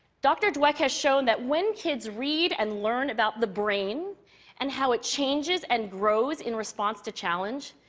dr. dweck has shown that when kids read and learn about the brain and how it changes and grows in response to challenge,